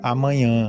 Amanhã